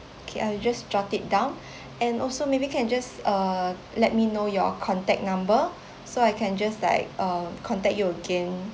okay I'll just jot it down and also maybe can just err let me know your contact number so I can just like uh contact you again